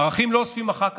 ערכים לא אוספים אחר כך.